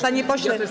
Panie pośle.